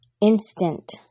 Instant